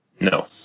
No